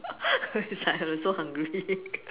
it's like we're so hungry